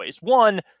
One